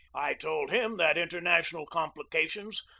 i told him that international complications,